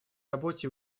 работе